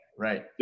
Right